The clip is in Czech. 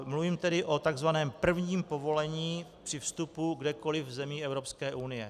Mluvím tedy o tzv. prvním povolení při vstupu kdekoli v zemi Evropské unie.